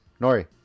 Nori